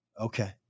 Okay